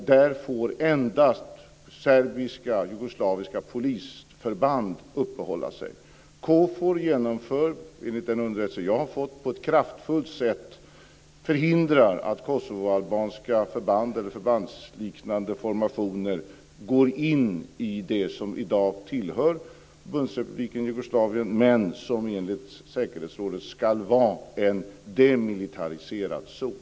Där får endast serbiska jugoslaviska polisförband uppehålla sig. KFOR förhindrar enligt de underrättelser som jag har fått på ett kraftfullt sätt att kosovoalbanska förband eller förbandsliknande formationer går in i det som i dag tillhör Förbundsrepubliken Jugoslavien men som enligt säkerhetsrådet ska vara en demilitariserad zon.